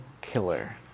Killer